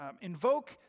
invoke